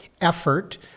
effort